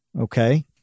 Okay